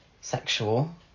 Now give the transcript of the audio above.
sexual